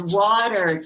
water